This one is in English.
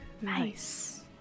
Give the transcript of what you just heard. Nice